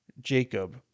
Jacob